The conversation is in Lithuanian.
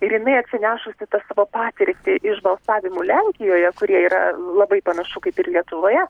ir jinai atsinešusi tą savo patirtį iš balsavimų lenkijoje kurie yra labai panašu kaip ir lietuvoje